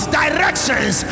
directions